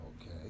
Okay